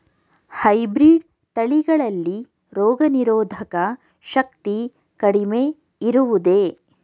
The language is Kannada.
ಹೈಬ್ರೀಡ್ ತಳಿಗಳಲ್ಲಿ ರೋಗನಿರೋಧಕ ಶಕ್ತಿ ಕಡಿಮೆ ಇರುವುದೇ?